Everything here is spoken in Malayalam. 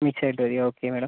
വിചാറ്റ് വഴി ഓക്കെ മാഡം